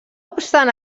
obstant